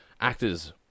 Actors